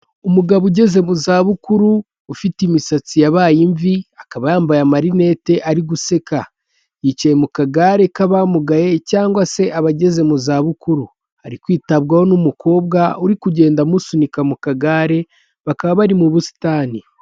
Umugabo ugeze mu za bukuru ufite imisatsi yabaye imvi, akaba yambaye amarinete ari guseka, yicaye mu kagare k'abamugaye cyangwa se abageze mu za bukuru, ari kwitabwaho n'umukobwa uri kugenda amusunika mu kagare bakaba bari mu busitani.